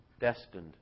destined